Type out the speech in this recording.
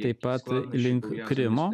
taip pat link krymo